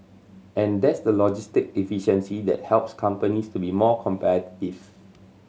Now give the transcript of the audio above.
and that's the logistic efficiency that helps companies to be more competitive